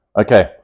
Okay